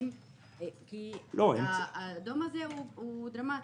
כי האדום הזה הוא דרמטי.